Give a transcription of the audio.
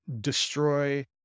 destroy